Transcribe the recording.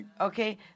Okay